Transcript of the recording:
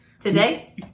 today